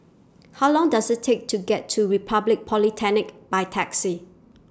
How Long Does IT Take to get to Republic Polytechnic By Taxi